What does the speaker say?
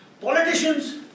politicians